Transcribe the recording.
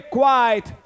quiet